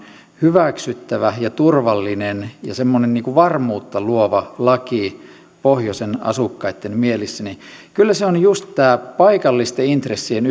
hyväksyttävä turvallinen ja semmoinen varmuutta luova laki pohjoisen asukkaitten mielissä kyllä se on just tämä paikallisten intressien